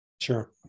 Sure